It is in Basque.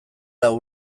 lau